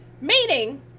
Meaning